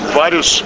vários